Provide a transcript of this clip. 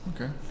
Okay